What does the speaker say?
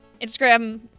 Instagram